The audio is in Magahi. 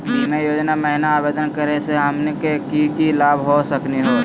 बीमा योजना महिना आवेदन करै स हमनी के की की लाभ हो सकनी हे?